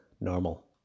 normal